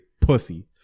pussy